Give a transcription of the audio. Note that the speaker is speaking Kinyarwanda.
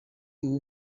ubu